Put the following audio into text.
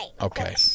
Okay